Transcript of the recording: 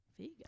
Figa